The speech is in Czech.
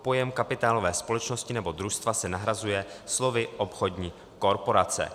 Pojem kapitálové společnosti nebo družstva se nahrazuje slovy obchodní korporace.